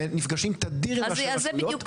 והם נפגשים תדיר עם ראשי רשויות.